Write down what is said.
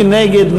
מי נגד?